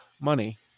money